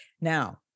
Now